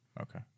Okay